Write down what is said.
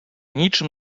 niczym